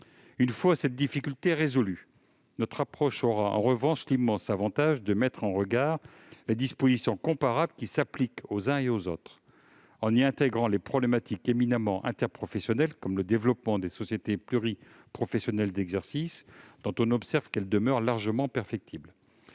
une fois cette difficulté résolue, notre approche aura l'immense avantage de mettre en regard les dispositions comparables qui s'appliquent aux uns et aux autres, en y intégrant des problématiques éminemment interprofessionnelles, comme le développement des sociétés pluriprofessionnelles d'exercice, dont le statut demeure largement perfectible.